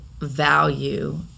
value